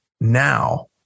now